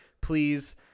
Please